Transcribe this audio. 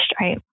right